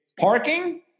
Parking